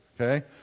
Okay